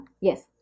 Yes